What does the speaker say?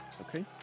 Okay